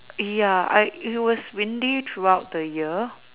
ya I it was windy throughout the year